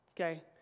okay